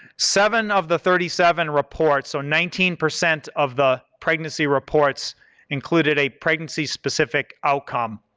seven of the thirty seven reports, so nineteen percent of the pregnancy reports included a pregnancy specific outcome,